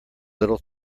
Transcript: little